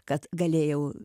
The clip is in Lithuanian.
kad galėjau